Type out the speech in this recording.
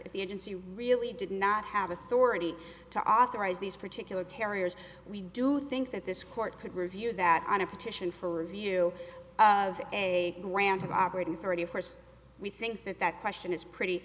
if the agency really did not have authority to authorize these particular carriers we do think that this court could review that on a petition for review of a grant of operating thirty first we think that that question is pretty